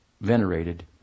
venerated